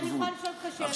אני יכולה לשאול אותך שאלה?